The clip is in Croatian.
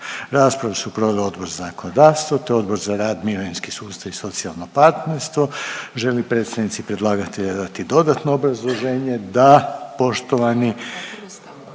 Raspravu su proveli Odbor za zakonodavstvo te Odbor za rad, mirovinski sustav i socijalno partnerstvo. Žele li predstavnici predlagatelja dati dodatno obrazloženje? Da, poštovani